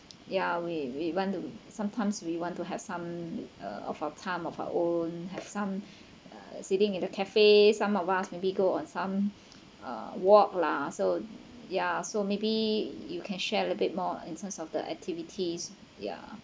ya we we want to sometimes we want to have some uh of our time of our own have some sitting in a café some of us maybe go on some uh walk lah so ya so maybe you can share a bit more in terms of the activities yeah